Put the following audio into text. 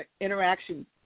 interaction